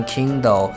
Kindle